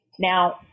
Now